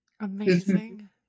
Amazing